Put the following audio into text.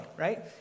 right